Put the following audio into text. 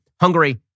Hungary